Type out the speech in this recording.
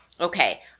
okay